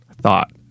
thought